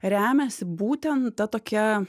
remiasi būtent ta tokia